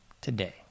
today